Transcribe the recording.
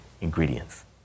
ingredients